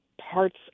parts